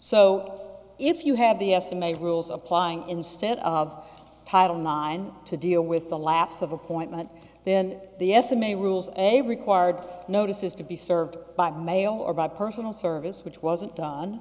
so if you have the estimated rules applying instead of title nine to deal with the lapse of appointment then the s m a rules a required notices to be served by mail or by personal service which wasn't done